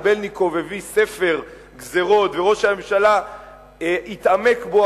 האם בלינקוב הביא ספר גזירות וראש הממשלה התעמק בו,